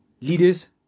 leaders